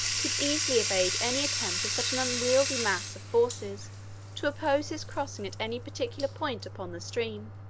could easily evade any attempt of such an unwieldy mass of forces to oppose his crossing at any particular point upon the stream.